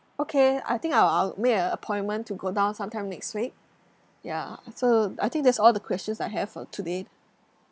okay I think I'll I'll make an appointment to go down sometime next week ya so I think that's all the questions I have for today